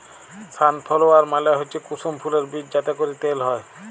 sunflower মালে হচ্যে কুসুম ফুলের বীজ যাতে ক্যরে তেল হ্যয়